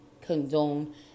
condone